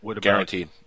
Guaranteed